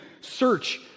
search